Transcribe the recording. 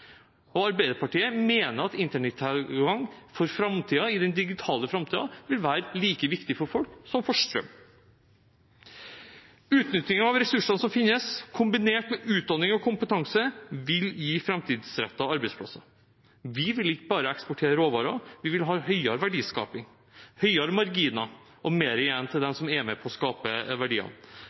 Distrikts-Norge. Arbeiderpartiet mener at internettilgang i den digitale framtiden vil være like viktig for folk som strøm. Utnytting av ressursene som finnes, kombinert med utdanning og kompetanse, vil gi framtidsrettede arbeidsplasser. Vi vil ikke bare eksportere råvarer, vi vil ha høyere verdiskaping, høyere marginer og mer igjen til dem som er med på å skape